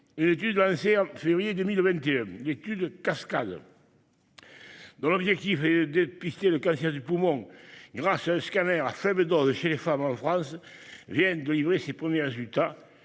Une étude lancée au mois de février 2021, l'étude Cascade, dont l'objectif est de dépister le cancer du poumon grâce à un scanner à faible dose, chez les femmes, en France, vient de livrer ses premiers résultats